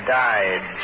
died